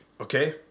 okay